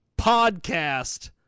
podcast